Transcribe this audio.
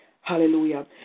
Hallelujah